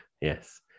Yes